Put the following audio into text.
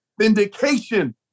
vindication